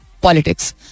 politics